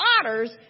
otters